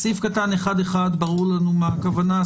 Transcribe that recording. ברורה לנו הכוונה,